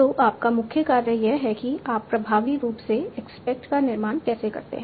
तो आपका मुख्य कार्य यह है कि आप प्रभावी रूप से एस्पेक्ट का निर्माण कैसे करते हैं